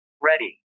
Ready